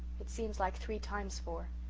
it seems like three times four.